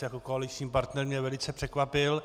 Jako koaliční partner mě velice překvapil.